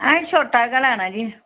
असें छोटा जेहा गै लेना जी